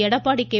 Edappadi K